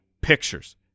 pictures